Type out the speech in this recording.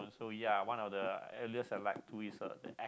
so ya one of the alias I like to is uh